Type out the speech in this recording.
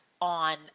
on